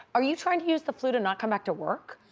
are you trying to use the flu to not come back to work?